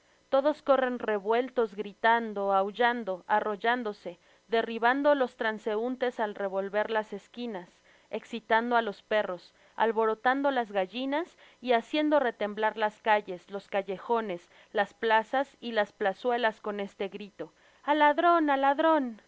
todos corren revueltos gritando ahullando arrollándose derribando los transeuntes al revolver las esquinas excitando á los perros alborotando las gallinas y haciendo retemblar las calles los callejones las plazas y las plazuelas con este grito al ladron al ladron